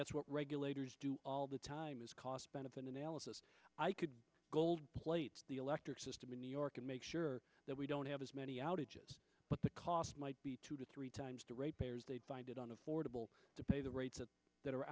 that's what regulators do all the time is cost benefit analysis i could gold plate the electric system in new york and make sure that we don't have as many outages but the cost might be two to three times the rate payers they find it on affordable to pay the rates that are